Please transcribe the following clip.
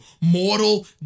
Mortal